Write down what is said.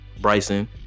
Bryson